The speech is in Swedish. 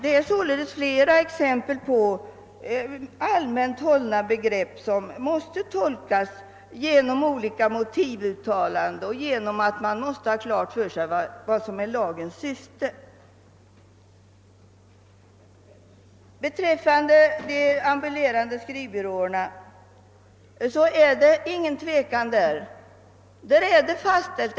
Det finns flera exempel på sådana allmänna begrepp, som måste tolkas genom olika motivuttalanden och genom att man gör klart för sig vad som är lagens syfte. Vad beträffar de ambulerande skrivbyråerna kan det inte råda något tvivel.